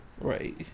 Right